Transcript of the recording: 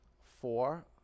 four